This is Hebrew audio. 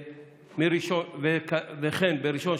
וכן בראשון,